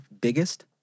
biggest